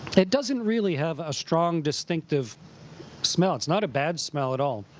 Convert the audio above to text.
it doesn't really have a strong distinctive smell. it's not a bad smell at all.